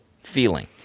feeling